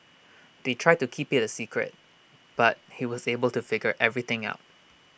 they tried to keep IT A secret but he was able to figure everything out